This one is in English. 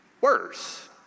worse